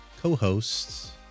co-hosts